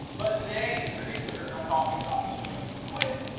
but today, in particular, i'm talking about beekeeping equipment.